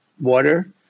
water